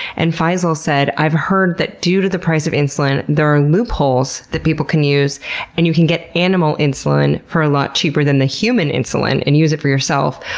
and fiesels said i've heard that due to the price of insulin there are loopholes that people can use and you can get animal insulin for a lot cheaper than the human insulin and use it for yourself.